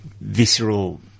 visceral